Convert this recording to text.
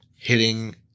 hitting